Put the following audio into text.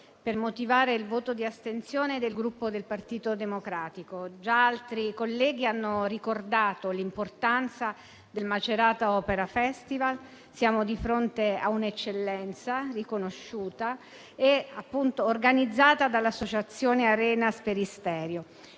per motivare il voto di astensione del Gruppo Partito Democratico. Già altri colleghi hanno ricordato l'importanza del Macerata opera festival, un'eccellenza riconosciuta, organizzata dall'Associazione Arena Sferisterio.